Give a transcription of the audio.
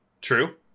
true